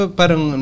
parang